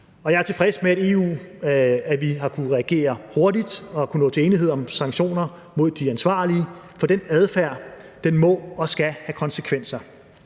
Jeg er tilfreds med, at vi i EU har kunnet reagere hurtigt og kunnet nå til enighed om sanktioner mod de ansvarlige. For den adfærd må og skal have konsekvenser.